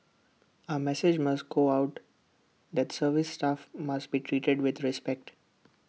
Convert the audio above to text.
A message must go out that service staff must be treated with respect